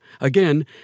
Again